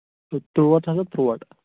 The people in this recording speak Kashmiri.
ہے ترٛوٹ ہَسا ترٛوٹ